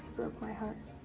broke my heart.